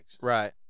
Right